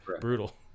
brutal